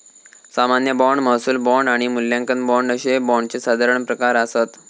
सामान्य बाँड, महसूल बाँड आणि मूल्यांकन बाँड अशे बाँडचे साधारण प्रकार आसत